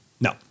No